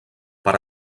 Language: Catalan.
per